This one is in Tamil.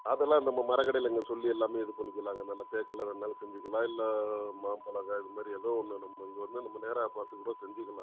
அதெலாம் நம்ம மரக்கடையிள் இங்க சொல்லி எல்லாமே இது பண்ணிக்கலாங்க நல்ல தேக்கில் வேணாலும் செஞ்சிக்கிலாம் இல்லை மாம் பலகை இது மாதிரி ஏதோ ஒன்று நம்ம இது வந்து நம்ம நேராக பார்த்துக் கூட செஞ்சிக்கலாங்க